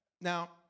Now